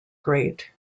great